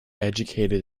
educated